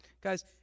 Guys